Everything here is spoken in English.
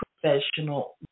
professional